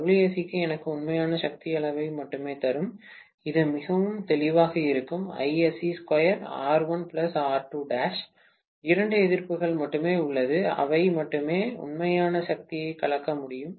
Wsc எனக்கு உண்மையான சக்தி அளவை மட்டுமே தரும் இது மிகவும் தெளிவாக இருக்கும் இரண்டு எதிர்ப்புகள் மட்டுமே உள்ளன அவை மட்டுமே உண்மையான சக்தியைக் கலைக்க முடியும்